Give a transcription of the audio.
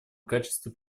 качестве